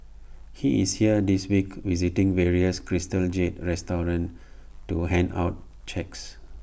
he is here this week visiting various crystal jade restaurants to hand out checks